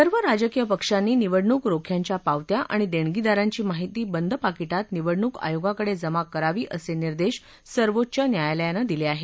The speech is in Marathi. सर्व राजकीय पक्षांनी निवडणूक रोख्यांच्या पावत्या आणि देणगीदारांची माहिती बंद पाकिटात निवडणूक आयोगाकडे जमा करावी असे निर्देश सर्वोच्च न्यायालयाने दिले आहेत